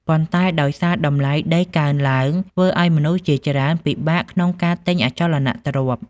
ប៉ុន្តែដោយសារតម្លៃដីកើនឡើង ធ្វើឱ្យមនុស្សជាច្រើនពិបាកក្នុងការទិញអចលនទ្រព្យ។